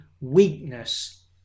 weakness